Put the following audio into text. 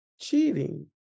Cheating